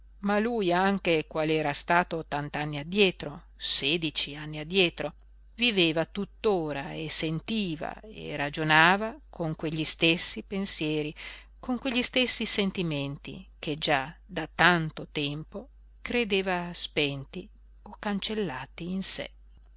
ma lui anche qual era stato tant'anni addietro sedici anni addietro viveva tuttora e sentiva e ragionava con quegli stessi pensieri con quegli stessi sentimenti che già da tanto tempo credeva spenti o cancellati in sé